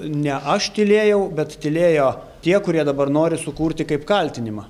ne aš tylėjau bet tylėjo tie kurie dabar nori sukurti kaip kaltinimą